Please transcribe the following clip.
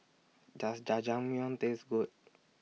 Does Jajangmyeon Taste Good